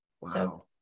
Wow